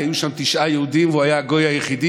כי היו שם תשעה יהודים והוא היה הגוי היחיד,